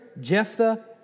Jephthah